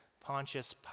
Pontius